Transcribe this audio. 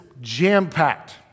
jam-packed